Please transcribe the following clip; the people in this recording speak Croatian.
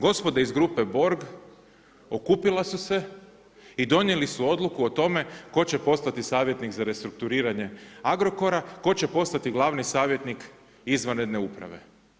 Gospoda iz grupe Borg okupila su se i donijeli su odluku o tome tko će postati savjetnik za restrukturiranje Agrokora, tko će postati glavni savjetnik izvanredne uprave.